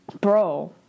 bro